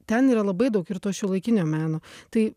ten yra labai daug ir to šiuolaikinio meno tai